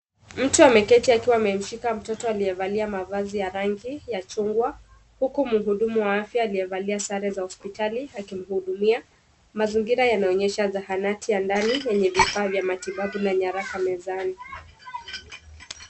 Mtu ameketi akiwa ameshika mtoto aliyevalia mavazi ya rangi ya chungwa, huku mhudumu wa afya aliyevalia sare za hospitali akimhudumia. Mazingira yanaonyesha zahanati ya ndani yenye vifaa vya matibabu na nyaraka mezani.